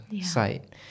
site